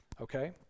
okay